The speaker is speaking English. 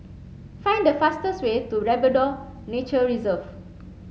find the fastest way to Labrador Nature Reserve